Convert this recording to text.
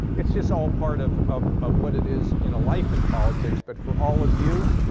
it's just all part of, of, of what it is in a life in politics but for all of you,